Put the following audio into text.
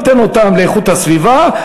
ניתן אותם לאיכות הסביבה,